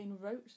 wrote